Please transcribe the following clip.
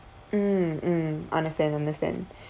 mm mm understand understand